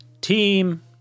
team